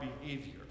behavior